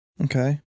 Okay